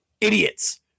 idiots